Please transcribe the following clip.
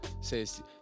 Says